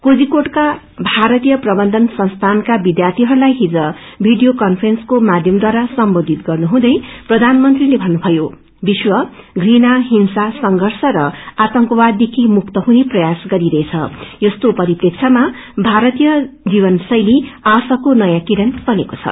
कोझिक्रेडका भारतीय प्रबन्धन संस्थानका विध्यार्यीहरूलाई हिज भिडियो कांक्रेन्सको माध्यमद्वारा सम्बोधित गर्नुहुँदै प्रधानमंत्रीले भन्नुभयो विश्व घृणा हिंसा संर्षष र आतंकवाददेखि मुक्त हुने प्रयास गरिरहेछ यस्तो परिप्रेक्षमा भारतीय जीवनशैली आशाको नयाँ किरण बनेको छ